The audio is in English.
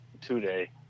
Two-day